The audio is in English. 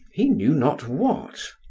he knew not what.